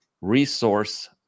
Resource